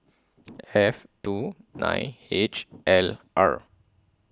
F two nine H L R